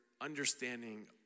understanding